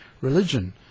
religion